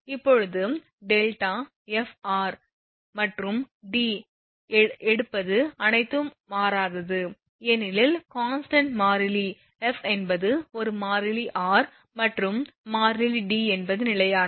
இப்போது δ f r மற்றும் D எடுப்பது அனைத்தும் மாறாதது ஏனெனில் constant மாறிலி f என்பது ஒரு மாறிலி r என்பது மாறிலி D என்பது நிலையானது